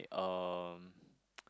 um